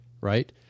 right